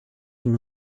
from